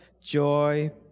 joy